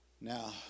Now